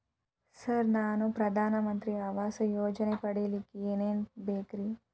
Sir ನಾನು ಪ್ರಧಾನ ಮಂತ್ರಿ ಆವಾಸ್ ಯೋಜನೆ ಪಡಿಯಲ್ಲಿಕ್ಕ್ ಏನ್ ಏನ್ ಬೇಕ್ರಿ?